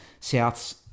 Souths